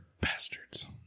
Bastards